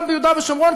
גם ביהודה ושומרון,